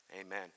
amen